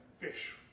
Fish